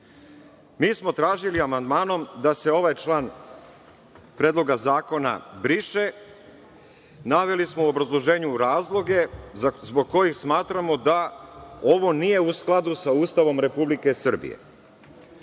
smo tražili amandmanom da se ovaj član Predloga zakona briše. Naveli smo u obrazloženju razloge zbog kojih smatramo da ovo nije u skladu sa Ustavom Republike Srbije.